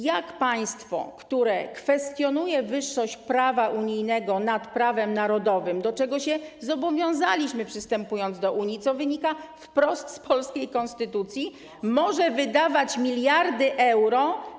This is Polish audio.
Jak państwo, które kwestionuje wyższość prawa unijnego nad prawem narodowym, do czego się zobowiązaliśmy, przystępując do Unii, co wynika wprost z polskiej konstytucji, może wydawać miliardy euro.